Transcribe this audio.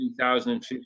2015